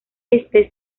este